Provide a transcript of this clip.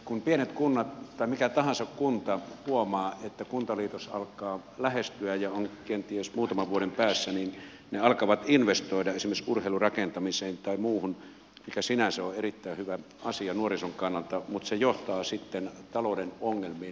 kun pienet kunnat tai mikä tahansa kunta huomaa että kuntaliitos alkaa lähestyä ja on kenties muutaman vuoden päässä niin ne alkavat investoida esimerkiksi urheilurakentamiseen tai muuhun mikä sinänsä on erittäin hyvä asia nuorison kannalta mutta se johtaa talouden ongelmiin